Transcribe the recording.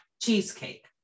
cheesecake